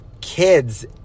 kids